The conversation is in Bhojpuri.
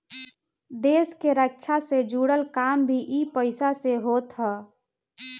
देस के रक्षा से जुड़ल काम भी इ पईसा से होत हअ